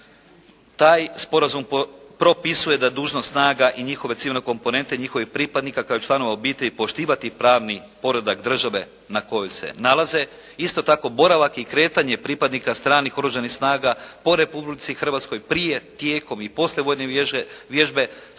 Taj sporazum propisuje da dužnost snaga i njihove civilne komponente, njihovih pripadnika kao i članova obitelji poštivati pravni poredak države na kojoj se nalaze. Isto tako boravak i kretanje pripadnika stranih oružanih snaga po Republici Hrvatskoj prije, tijekom i poslije vojne vježbe